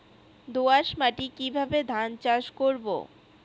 দোয়াস মাটি কিভাবে ধান চাষ করব?